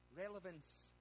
Relevance